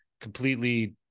completely